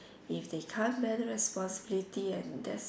if they can't bear responsibility and that's